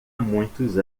muitos